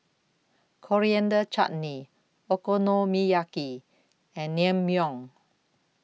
Coriander Chutney Okonomiyaki and Naengmyeon